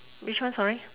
which one sorry